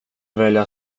välja